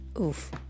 oof